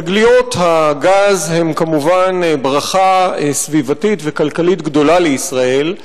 תגליות הגז הן כמובן ברכה סביבתית וכלכלית גדולה לישראל,